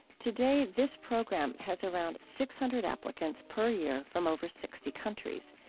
today this program has around six hundred applicants per year from over sixty countries.